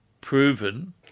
proven